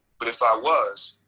but, if i was,